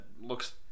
looks